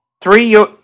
Three